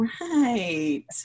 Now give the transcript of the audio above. right